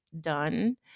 done